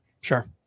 sure